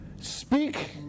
speak